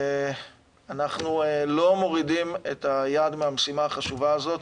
ואנחנו לא מורידים את היד מהמשימה החשובה הזאת.